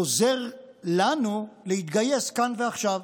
עוזר לנו להתגייס כאן ועכשיו.